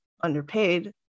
underpaid